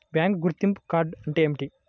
Bank గుర్తింపు card అంటే ఏమిటి?